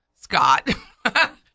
Scott